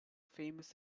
famous